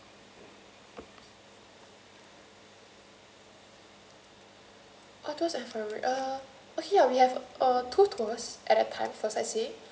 uh those are invalid uh okay uh we have uh two tours at that time first I see